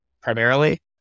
primarily